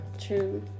True